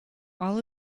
all